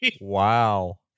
Wow